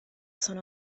sono